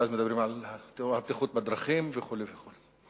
ואז מדברים על הבטיחות בדרכים וכו' וכו'.